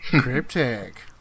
Cryptic